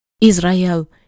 Israel